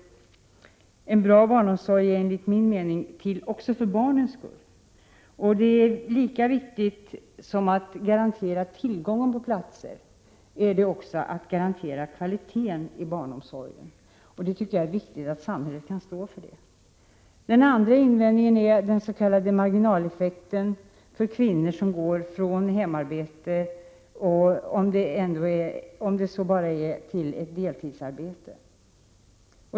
En bra barnomsorg är enligt min mening till också för barnens skull. Lika viktigt som att garantera tillgång på platser är också att garantera kvaliteten i barnomsorgen. Jag tycker det är viktigt att samhället kan stå för det. Den andra invändningen är dens.k. marginaleffekten för kvinnor som går från hemarbete, om det så bara är till ett deltidsarbete.